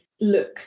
look